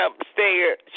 upstairs